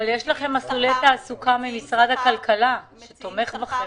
יש מסלולי תעסוקה ממשרד הכלכלה שתומך בכם.